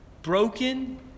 Broken